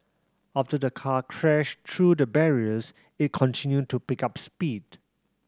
after the car crashed through the barriers it continued to pick up speed